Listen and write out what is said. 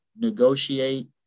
negotiate